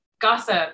gossip